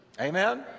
Amen